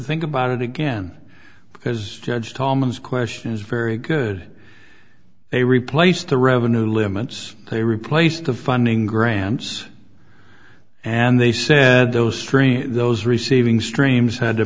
think about it again because judge thomas question is very good they replaced the revenue limits they replaced the funding grants and they said those those receiving streams had to